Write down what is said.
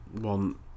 want